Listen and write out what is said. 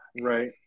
Right